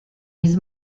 his